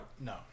No